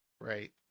Right